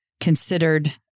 considered